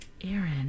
Aaron